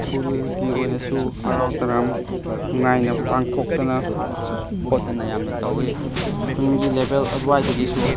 ꯈꯨꯜꯒꯤ ꯑꯣꯏꯅꯁꯨ ꯍꯔꯥꯎ ꯇꯔꯥꯝ ꯅꯨꯡꯉꯥꯏꯅ ꯄꯥꯡꯊꯣꯛꯇꯅ ꯈꯣꯠꯇꯅ ꯌꯥꯝꯅ ꯇꯧꯏ ꯈꯨꯟꯒꯤ ꯂꯦꯕꯦꯜ ꯑꯗꯨꯋꯥꯏꯗꯒꯤꯁꯨ